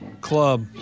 Club